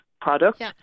product